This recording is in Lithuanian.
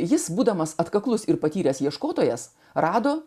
jis būdamas atkaklus ir patyręs ieškotojas rado